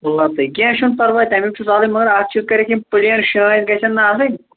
تل اَدٕ کیٚنٛہہ چھُنہٕ پرواے تٔمیُک چھُ سہلٕے مگر اکھ چیٖز کَرکھ یِم پلین شان گژھِ نا آسٕنۍ